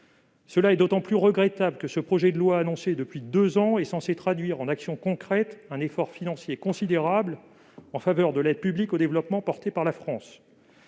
C'est d'autant plus regrettable que ce projet de loi, qui nous est annoncé depuis deux ans, est censé traduire en actions concrètes un effort financier considérable en faveur de l'aide publique au développement portée par la France.